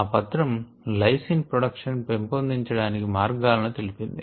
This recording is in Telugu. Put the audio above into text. ఆ పత్రం లైసిన్ ప్రొడక్షన్ పెంపొందించడానికి మార్గాలను తెలిపింది